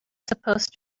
supposed